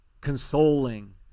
Consoling